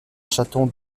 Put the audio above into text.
chaton